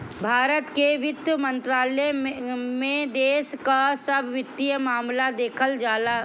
भारत के वित्त मंत्रालय में देश कअ सब वित्तीय मामला देखल जात बाटे